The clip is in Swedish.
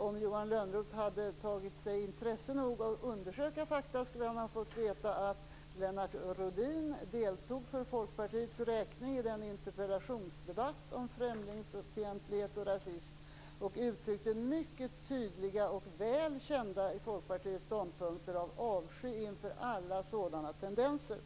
Om Johan Lönnroth hade haft intresse nog att undersöka fakta skulle han ha fått veta att Lennart Rohdin nyligen deltog för Folkpartiets räkning i en interpellationsdebatt om främlingsfientlighet och rasism. Han uttryckte där mycket tydliga, och väl kända inom Folkpartiet, ståndpunkter av avsky inför alla sådana tendenser.